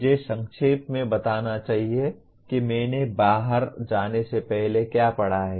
मुझे संक्षेप में बताना चाहिए कि मैंने बाहर जाने से पहले क्या पढ़ा है